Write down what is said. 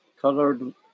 colored